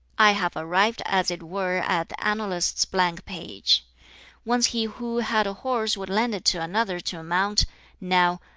i have arrived as it were at the annalist's blank page once he who had a horse would lend it to another to mount now,